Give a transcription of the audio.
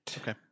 Okay